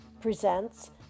presents